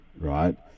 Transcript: right